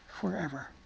forever